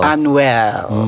Unwell